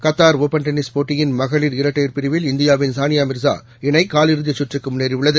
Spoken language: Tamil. கத்தார் ஒப்பன் டென்னிஸ் போட்டியின் மகளிர் இரட்டையர் பிரிவில் இந்தியாவின் சானியாமிர்சா இணைகாலிறுதிசுற்றுக்குமுன்னேறியுள்ளது